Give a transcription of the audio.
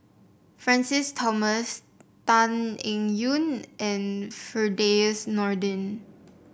Francis Thomas Tan Eng Yoon and Firdaus Nordin